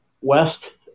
west